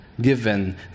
given